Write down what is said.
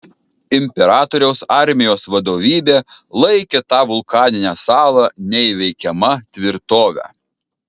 imperatoriaus armijos vadovybė laikė tą vulkaninę salą neįveikiama tvirtove